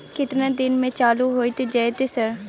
केतना दिन में चालू होय जेतै सर?